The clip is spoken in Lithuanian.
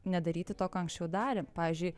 nedaryti to ką anksčiau darėm pavyzdžiui